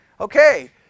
Okay